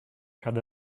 had